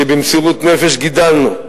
שבמסירות נפש גידלנו,